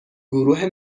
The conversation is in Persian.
گروه